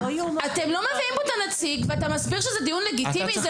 אתם לא מביאים פה את הנציג ואתה מסביר שזה דיון לגיטימי?